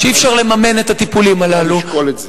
כדאי לשקול את זה.